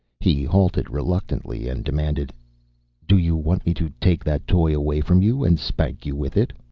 he halted, reluctantly, and demanded do you want me to take that toy away from you and spank you with it?